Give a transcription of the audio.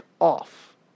off